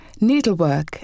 needlework